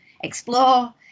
explore